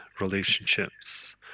relationships